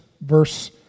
verse